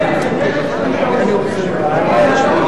אני חושב שיש פה בעיה,